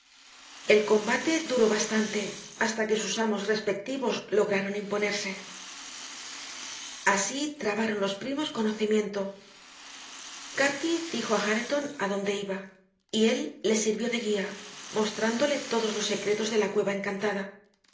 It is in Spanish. el combate duró bastante hasta que sus amos respectivos lograron imponerse así trabaron los primos conocimiento cati dijo a hareton adónde iba y él le sirvió de guía mostrándole todos los secretos de la cueva encantada